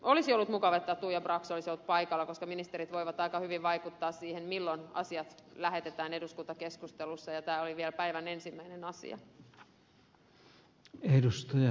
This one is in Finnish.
olisi ollut mukavaa että tuija brax olisi ollut paikalla koska ministerit voivat aika hyvin vaikuttaa siihen milloin asiat lähetetään valiokuntaan eduskuntakeskustelussa ja tämä oli vielä päivän ensimmäinen asia